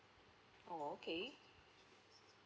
oh okay